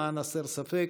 למען הסר ספק,